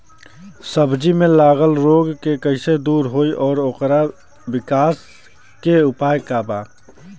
सब्जी में लगल रोग के कइसे दूर होयी और ओकरे विकास के उपाय का बा?